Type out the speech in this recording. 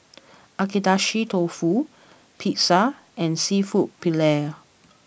Agedashi Dofu Pizza and Seafood Paella